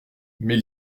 mais